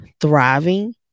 thriving